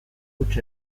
huts